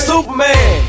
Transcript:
Superman